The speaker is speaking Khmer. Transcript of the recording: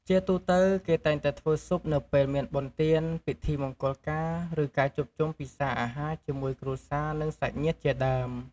ជាទូទៅ គេតែងតែធ្វើស៊ុបនៅពេលមានបុណ្យទានពិធីមង្គលការឬការជួបជុំពិសាអាហារជាមួយគ្រួសារនិងសាច់ញាតិជាដើម។